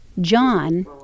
John